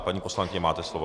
Paní poslankyně, máte slovo.